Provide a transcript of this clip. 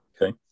Okay